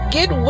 Get